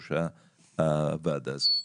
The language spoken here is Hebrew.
כיושב-ראש הוועדה הזאת,